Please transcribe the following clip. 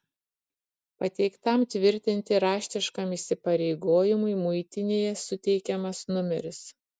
pateiktam tvirtinti raštiškam įsipareigojimui muitinėje suteikiamas numeris